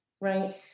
right